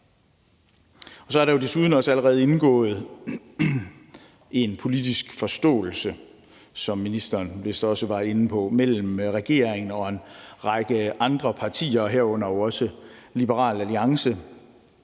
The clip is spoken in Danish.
Der er desuden også allerede indgået en politisk aftale om et forståelsespapir, som ministeren vist også var inde på, mellem regeringen og en række andre partier, herunder jo også Liberal Alliance,